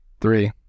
Three